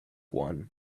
one